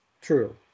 True